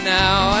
now